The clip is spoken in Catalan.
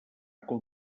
com